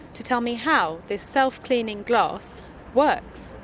to tell me how this self-cleaning glass works.